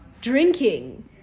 drinking